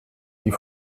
die